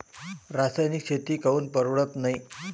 रासायनिक शेती काऊन परवडत नाई?